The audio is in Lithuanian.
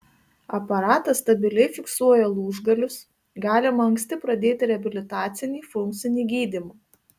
aparatas stabiliai fiksuoja lūžgalius galima anksti pradėti reabilitacinį funkcinį gydymą